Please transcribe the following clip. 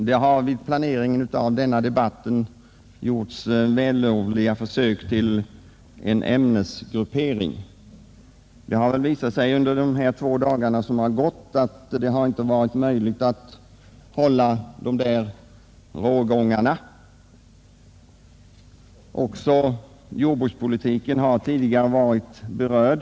Herr talman! Vid planeringen av denna debatt har det gjorts vällovliga försök till en ämnesgruppering. Under de två dagar som gått har det dock visat sig att det inte varit möjligt att följa dessa rågångar. Också jordbrukspolitiken har tidigare varit berörd.